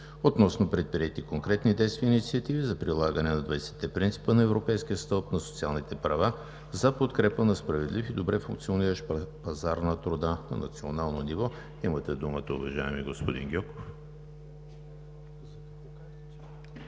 относно предприети конкретни действия и инициативи за прилагане на 20-те принципа на Европейския стълб на социалните права за подкрепа на справедлив и добре функциониращ пазар на труда. Имате думата, уважаеми господин Гьоков. ГЕОРГИ